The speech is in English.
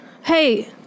Hey